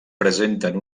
presenten